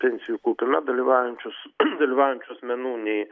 pensijų kaupime dalyvaujančius dalyvaujančių asmenų nei